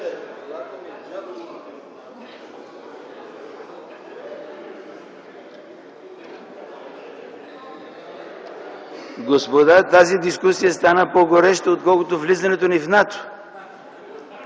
Господа! Тази дискусия стана по-гореща, отколкото по влизането ни в НАТО!